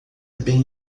bem